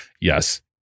yes